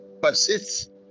persist